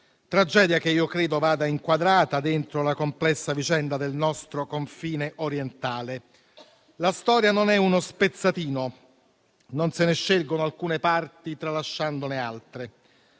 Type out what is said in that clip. tragedia, che credo vada inquadrata dentro la complessa vicenda del nostro confine orientale. La storia non è uno spezzatino, non se ne scelgono alcune parti tralasciandone altre: